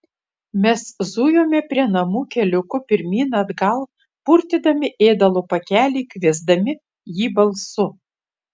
mes zujome prie namų keliuku pirmyn atgal purtydami ėdalo pakelį kviesdami jį balsu